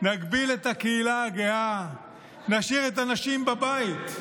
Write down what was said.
נגביל את הקהילה הגאה, נשאיר את הנשים בבית,